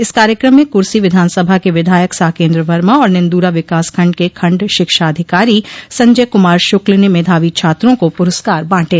इस कार्यक्रम में कुर्सी विधानसभा के विधायक साकेन्द्र वर्मा और निंदूरा विकास खंड के खंड शिक्षा अधिकारी संजय कुमार शुक्ल ने मधावी छात्रों को पुरस्कार बांटे